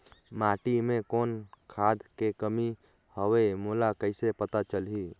माटी मे कौन खाद के कमी हवे मोला कइसे पता चलही?